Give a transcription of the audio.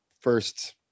first